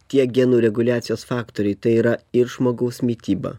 tie genų reguliacijos faktoriai tai yra ir žmogaus mityba